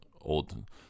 old